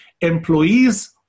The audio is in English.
Employees